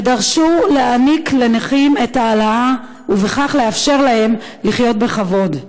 ודרשו להעניק לנכים את ההעלאה ובכך לאפשר להם לחיות בכבוד.